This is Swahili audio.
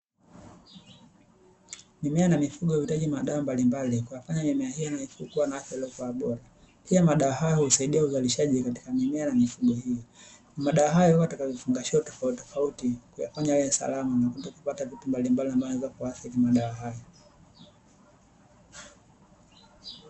Mimea na mifugo huhitaji madawa mbalimbali kuyafanya mimea hiyo kuwa na afya iliyokuwa bora. Pia madawa hayo husaidia uzalishaji katika na mimea na mifugo hiyo. Madawa hayo yapo katika vifungashio tofautitofauti kuyafanya yawe salama na kutokupata vitu mbalimbali ambavyo vinaweza kuathiri madawa hayo.